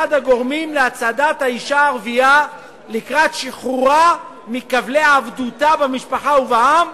הגורמים להצעדת האשה הערבייה לקראת שחרורה מכבלי עבדותה במשפחה ובעם,